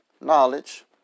knowledge